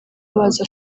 baza